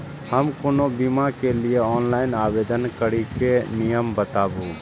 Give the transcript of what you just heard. हम कोनो बीमा के लिए ऑनलाइन आवेदन करीके नियम बाताबू?